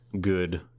good